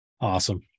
Awesome